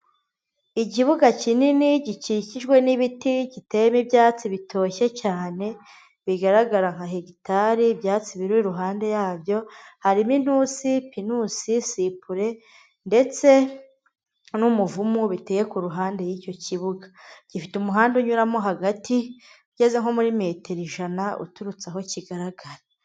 Ikibuga kinini gikikijwe n'ibiti giteyemo ibyatsi bitoshye cyane, bigaragara nka hegitari, ibyatsi biri iruhande yabyo, harimo inturusi, pinusi, sipure ndetse n'umuvumu biteye ku ruhande y'icyo kibuga gifite umuhanda unyuramo hagati ugeze nko muri metero ijana uturutse aho kigaragara.